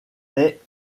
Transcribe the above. ait